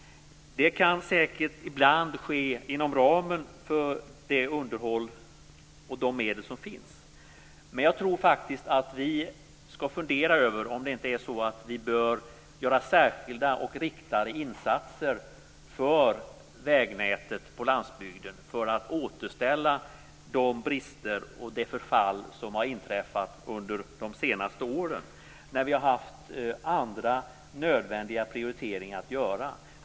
Det kan säkert ibland ske inom ramen för det underhåll och de medel som finns. Men jag tror faktiskt att vi ska fundera över om vi inte bör göra särskilda och riktade insatser för att återställa de brister och det förfall som har uppstått på vägnätet på landsbygden under de senaste åren när vi har haft andra nödvändiga prioriteringar att göra.